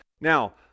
Now